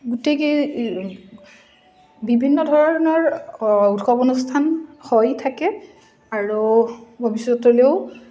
বিভিন্ন ধৰণৰ উৎসৱ অনুষ্ঠান হৈ থাকে আৰু ভৱিষ্যতলেও